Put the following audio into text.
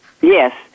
Yes